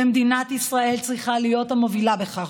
ומדינת ישראל צריכה להיות המובילה בכך,